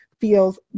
feels